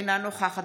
אינו נוכח אסף